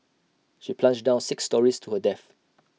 she plunged down six storeys to her death